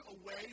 away